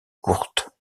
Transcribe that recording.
courte